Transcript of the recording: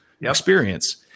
experience